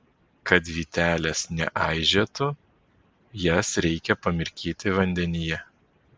kad vytelės neaižėtų jas reikia pamirkyti vandenyje